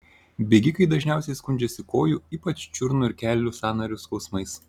bėgikai dažniausiai skundžiasi kojų ypač čiurnų ir kelių sąnarių skausmais